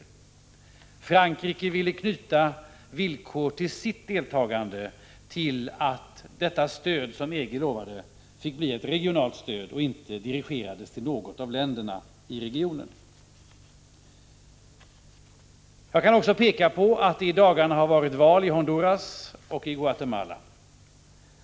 I det andra ville Frankrike knyta villkoren för sitt deltagande till att det stöd som EG lovade fick bli ett regionalt stöd och inte dirigeras till något av länderna i regionen. Jag kan också påpeka att det i dagarna har varit val i Honduras och Guatemala.